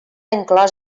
inclòs